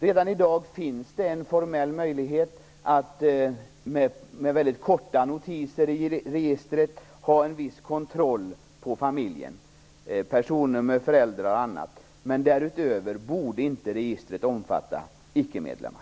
Redan i dag finns det en formell möjlighet att med mycket korta notiser i registret ha en viss kontroll på familjen - personnummer, föräldrar och annat. Därutöver borde inte registret omfatta ickemedlemmar.